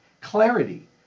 clarity